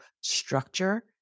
structure